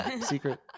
Secret